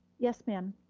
yes, ma'am.